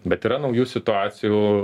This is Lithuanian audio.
bet yra naujų situacijų